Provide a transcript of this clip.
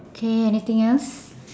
okay anything else